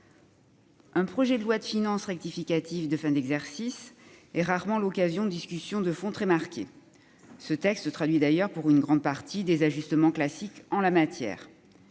un projet de loi de finances rectificative de fin d'exercice est rarement l'occasion de discussions de fond très marquées. Ce texte traduit d'ailleurs, pour une grande partie, des ajustements classiques en la matière.